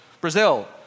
Brazil